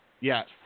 Yes